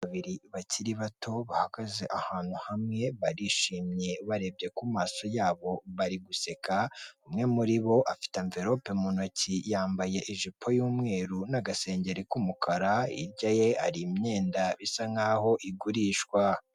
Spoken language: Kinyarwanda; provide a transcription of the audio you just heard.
Babiri bakiri bato bahagaze ahantu hamwe barishimye ubarebye ku maso yabo bari guseka, umwe muri bo afite amverope mu ntoki yambaye ijipo y'umweru n'agasengeri k'umukara, hirya ye hari imyenda bisa nk'aho igurishwa.